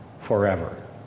forever